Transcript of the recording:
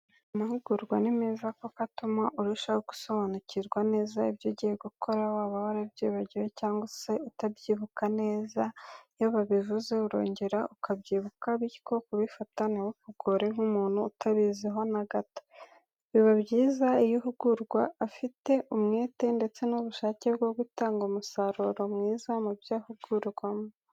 Amahugurwa ni meza kuko atuma urushaho gusobanukirwa neza ibyo ugiye gukora waba warabyibagiwe cyangwa se utakibyibuka neza iyo babivuze urongera ukabyibuka bityo kubifata ntibikugore nk'umuntu utabiziho na gato. Biba byiza iyo uhugurwa afite umwete ndetse n'ubushake bwo gutanga umusaruro mwiza mu byo ahugurwamo.